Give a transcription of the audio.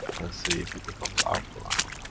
see if it becomes alkaline?